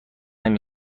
نمی